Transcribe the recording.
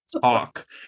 talk